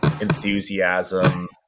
enthusiasm